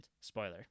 spoiler